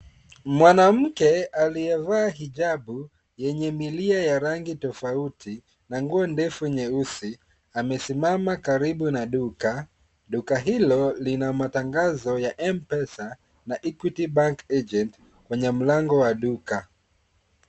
Mwanamke aliyevaa hijabu yenye milia ya rangi tofauti na nguo ndefu nyeusi amesimama karibu na duka. Duka hilo lina matangazo ya M-pesa na Equity Bank Agent kwenye mlango wa duka.